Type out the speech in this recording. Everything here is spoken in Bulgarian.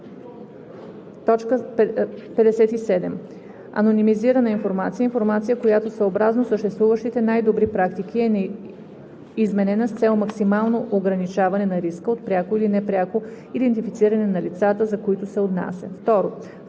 57. „Анонимизирана информация“ е информация, която съобразно съществуващите най-добри практики е изменена с цел максимално ограничаване на риска от пряко или непряко идентифициране на лицата, за които се отнася.“